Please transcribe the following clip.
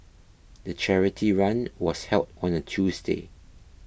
the charity run was held on a Tuesday